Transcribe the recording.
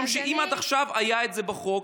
משום שאם עד עכשיו היה את זה בחוק,